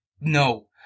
no